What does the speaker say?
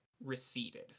receded